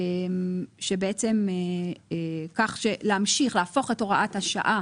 שבעצם כך להמשיך להפוך את הוראת השעה